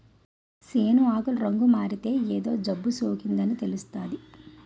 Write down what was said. సేను ఆకులు రంగుమారితే ఏదో జబ్బుసోకిందని తెలుస్తాది